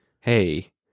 hey